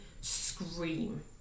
scream